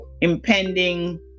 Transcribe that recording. impending